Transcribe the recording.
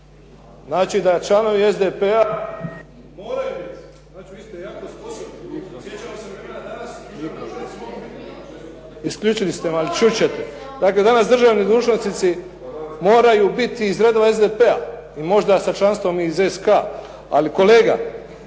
Znači, da članovi SDP-a .../Govornik isključen, ne čuje se./... Isključili ste me, ali čut ćete. Dakle, danas državni dužnosnici moraju biti iz redova SDP-a i možda sa članstvom iz SK. Ali kolega